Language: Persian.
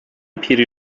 پیری